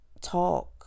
talk